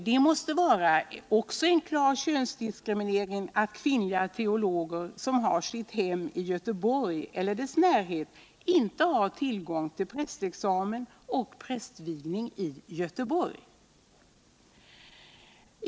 Det måste också vara en klar könsdiskriminering att kvinnliga teologer, som har sitt hem i Göteborg eller i dess närhet, inte har tillgång till prästvigning och prästexamen i Göteborg.